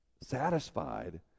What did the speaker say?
satisfied